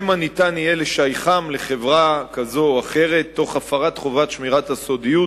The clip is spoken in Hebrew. שמא יהיה אפשר לשייכם לחברה כזאת או אחרת תוך הפרת חובת שמירת הסודיות